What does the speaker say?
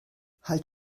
halt